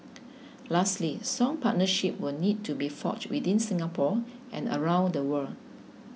lastly strong partnerships will need to be forged within Singapore and around the world